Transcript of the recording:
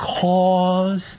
cause